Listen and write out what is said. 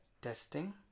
testing